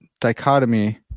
dichotomy